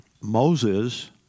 Moses